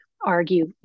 argue